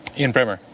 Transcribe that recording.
ian bremmer.